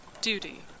duty